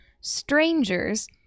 strangers